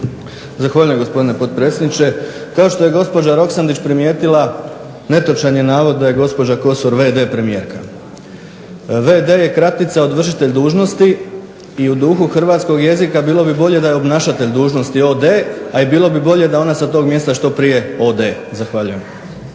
Zahvaljujem, gospodine potpredsjedniče. Kao što je gospođa Roksandić primjetila, netočan je navod da je gospođa Kosor v.d. premijerka, v.d. je kratila od vršitelj dužnosti i u duhu hrvatskog jezika bilo bi bolje da je obnašatelj dužnosti o.d., a i bilo bi bolje da ona sa tog mjesta što prije ode. Zahvaljujem.